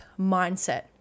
mindset